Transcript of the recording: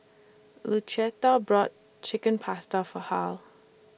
Lucetta brought Chicken Pasta For Hal